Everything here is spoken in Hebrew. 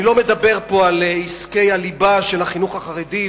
אני לא מדבר פה על עסקי הליבה של החינוך החרדי,